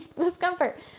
discomfort